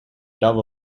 dove